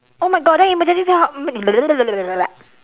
oh my god then emergency then how